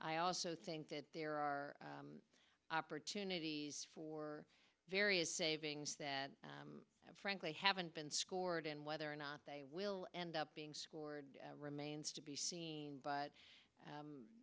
i also think that there are opportunities for various savings that frankly haven't been scored and whether or not they will end up being scored remains to be seen but